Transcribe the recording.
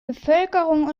bevölkerung